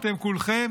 -- אתם כולכם